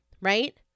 right